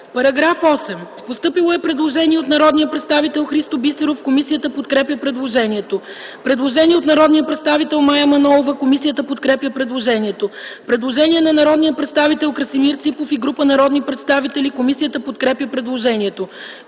По § 10 е постъпило предложение от народния представител Христо Бисеров. Комисията подкрепя предложението. Предложение от народния представител Мая Манолова. Комисията подкрепя предложението. Предложение на народния представител Красимир Ципов и група народни представители. Комисията подкрепя предложението.